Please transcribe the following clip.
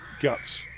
guts